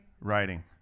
writing